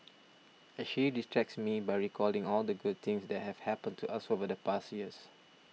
and she distracts me by recalling all the good things that have happened to us over the past year